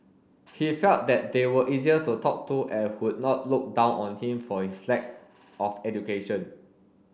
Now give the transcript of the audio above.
he felt that they were easier to talk to and would not look down on him for his lack of education